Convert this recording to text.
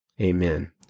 Amen